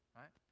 right